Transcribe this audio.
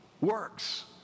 works